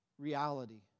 reality